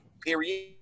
period